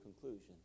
conclusion